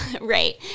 Right